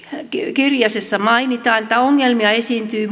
kirjasessa mainitaan että ongelmia esiintyy